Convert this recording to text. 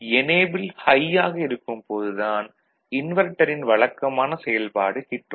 enable high யாக இருக்கும் போது தான் இன்வெர்ட்டரின் வழக்கமான செயல்பாடு கிட்டும்